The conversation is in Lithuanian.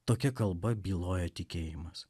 tokia kalba byloja tikėjimas